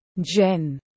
Jen